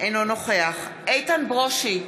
אינו נוכח איתן ברושי,